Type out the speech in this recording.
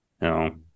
No